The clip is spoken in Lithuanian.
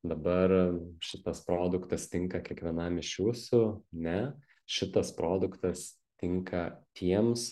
dabar šitas produktas tinka kiekvienam iš jūsų ne šitas produktas tinka tiems